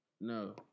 no